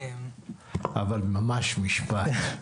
ממש משפט.